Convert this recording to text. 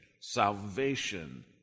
salvation